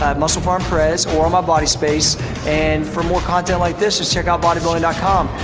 musclepharmpres or my bodyspace and, for more content like this, just check out bodybuilding com.